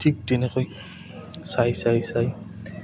ঠিক তেনেকৈ চাই চাই চাই